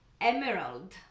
Emerald